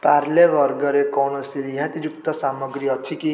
ପାର୍ଲେ ବର୍ଗରେ କୌଣସି ରିହାତିଯୁକ୍ତ ସାମଗ୍ରୀ ଅଛି କି